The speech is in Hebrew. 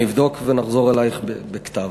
אני אבדוק ונחזור אלייך בכתב.